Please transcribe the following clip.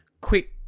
quick